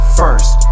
first